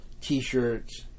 t-shirts